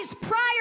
prior